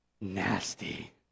nasty